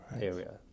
area